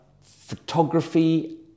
photography